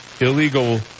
illegal